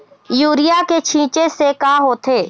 Urea के छींचे से का होथे?